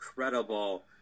incredible